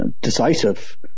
decisive